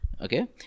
Okay